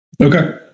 Okay